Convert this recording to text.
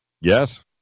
Yes